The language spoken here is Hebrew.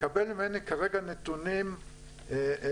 לקבל ממני כרגע נתונים כמותיים,